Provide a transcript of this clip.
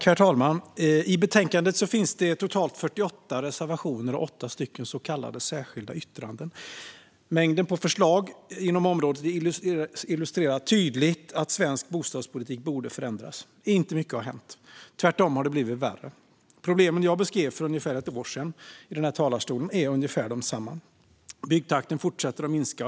Herr talman! I betänkandet finns det totalt 48 reservationer och åtta särskilda yttranden. Mängden förslag på området illustrerar tydligt att svensk bostadspolitik borde förändras. Inte mycket har hänt. Tvärtom har det blivit värre. Problemen som jag beskrev för ungefär ett år sedan i denna talarstol är ungefär desamma. Byggtakten fortsätter att minska.